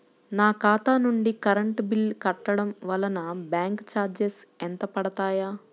నా ఖాతా నుండి కరెంట్ బిల్ కట్టడం వలన బ్యాంకు చార్జెస్ ఎంత పడతాయా?